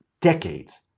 decades